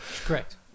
Correct